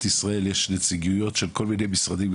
ישראל יש נציגויות של כל מיני משרדים,